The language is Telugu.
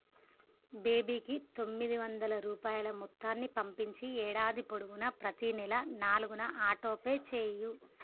బేబీకి తొమ్మిది వందల రూపాయల మొత్తాన్ని పంపించి ఏడాది పొడవునా ప్రతి నెల నాలుగున ఆటోపే చేయి